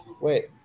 Wait